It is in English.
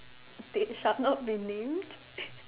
they shall not be named